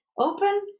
open